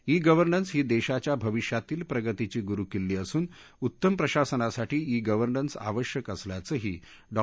E governance ही देशाच्या भविष्यातील प्रगतीची गुरुकिल्ली असून उत्तम प्रशासनासाठी ई गव्हर्नन्स आवश्यक असल्याचंही डॉ